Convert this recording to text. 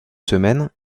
semaines